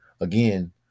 again